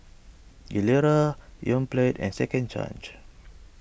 Gilera Yoplait and Second Chance